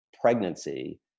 pregnancy